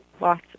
lots